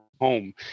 home